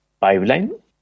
pipeline